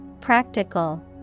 Practical